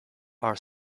our